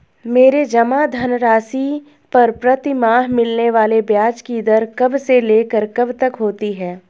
मेरे जमा धन राशि पर प्रतिमाह मिलने वाले ब्याज की दर कब से लेकर कब तक होती है?